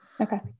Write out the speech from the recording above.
okay